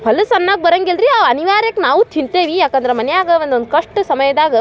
ಹೊಲಸು ಅನ್ನಕ್ಕೆ ಬರಂಗಿಲ್ಲ ರೀ ಅವು ಅನಿವಾರ್ಯಕ್ಕೆ ನಾವೂ ತಿಂತೇವೆ ಯಾಕಂದ್ರೆ ಮನೆಯಾಗ ಒಂದು ಒಂದು ಕಷ್ಟ ಸಮಯದಾಗ